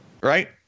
Right